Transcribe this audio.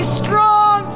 strong